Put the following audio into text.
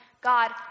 God